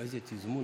אייכלר.